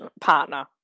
partner